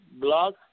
blog